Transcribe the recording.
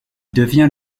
devient